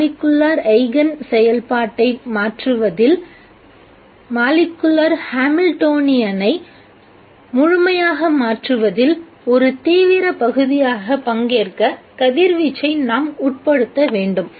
molecular eigen செயல்பாட்டை மாற்றுவதில் molecular ஹாமில்ட்டோனியனை முழுமையாக மாற்றுவதில் ஒரு தீவிர பகுதியாக பங்கேற்க கதிர்வீச்சை நாம் உட்படுத்த வேண்டும்